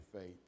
faith